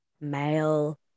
male